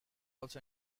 also